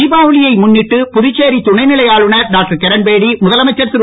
தீபாவளியை முன்னிட்டு புதுச்சேரி துணைநிலை ஆளுநர் டாக்டர் கிரண்பேடி முதலமைச்சர் திரு